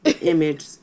image